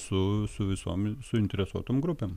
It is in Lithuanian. su su visom suinteresuotom grupėm